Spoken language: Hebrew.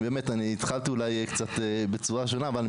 אני באמת אולי התחלתי בצורה קצת שונה אבל אני